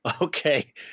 Okay